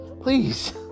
please